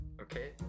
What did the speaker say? okay